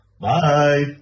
Bye